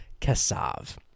Kassav